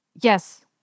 Yes